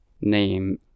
name